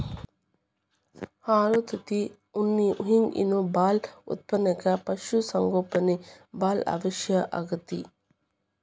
ಹಾಲು ತತ್ತಿ ಉಣ್ಣಿ ಹಿಂಗ್ ಇನ್ನೂ ಬಾಳ ಉತ್ಪನಕ್ಕ ಪಶು ಸಂಗೋಪನೆ ಬಾಳ ಅವಶ್ಯ ಆಗೇತಿ